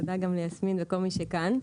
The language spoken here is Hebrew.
תודה גם ליסמין וכל מי שכאן.